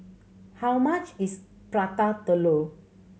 how much is Prata Telur